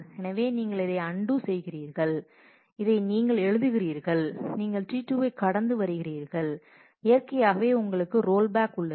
எனவே நீங்கள் இதை அன்டூ செய்கிறீர்கள் இதை நீங்கள் எழுதுகிறீர்கள் நீங்கள் T2 ஐக் கடந்து வருகிறீர்கள் இயற்கையாகவே உங்களுக்கு ரோல்பேக் உள்ளது